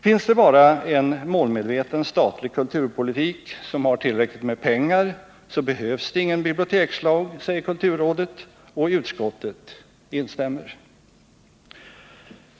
Finns det bara en målmedveten statlig kulturpolitik som har tillräckligt med pengar behövs det ingen bibliotekslag, säger kulturrådet, och utskottet instämmer.